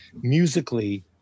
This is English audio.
musically